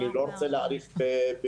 אני לא רוצה להכביר במילים.